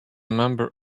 member